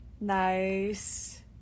nice